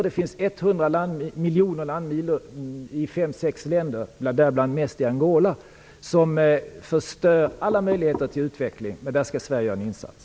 Det finns ett hundra miljoner landminor i fem sex länder, mest i Angola, som förstör alla möjligheter till utveckling. Där skall Sverige göra en insats.